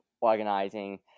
organizing